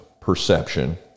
perception